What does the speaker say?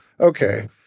okay